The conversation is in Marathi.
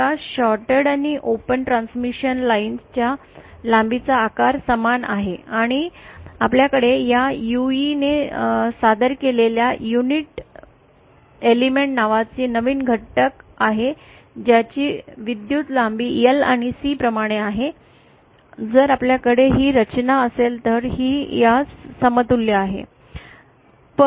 या शॉर्ट्ड आणि ओपन ट्रान्समिशन लाइन च्या लांबीचा आकार समान आहे आणि आपल्याकडे या UE ने सादर केलेला युनिट एलिमेंट नावाचा नवीन घटक आहे ज्याची विद्युत लांबी या Lआणि C प्रमाणे आहे जर आपल्याकडे ही रचना असेल तर ही यास समतुल्य आहे